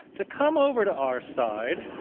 to come over to our side.